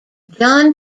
john